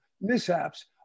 mishaps